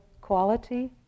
quality